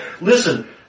Listen